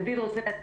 דוד, רוצה להשיב?